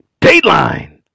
dateline